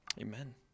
Amen